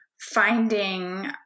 finding